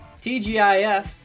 TGIF